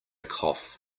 cough